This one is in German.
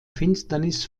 finsternis